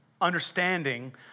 understanding